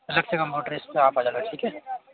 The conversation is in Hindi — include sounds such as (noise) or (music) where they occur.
(unintelligible) कंप्यूटर है उसे आप आ जाना ठीक है